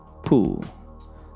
pool